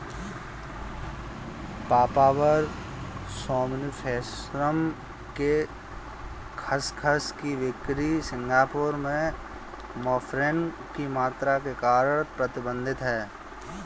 papaver somniferum के खसखस की बिक्री सिंगापुर में मॉर्फिन की मात्रा के कारण प्रतिबंधित है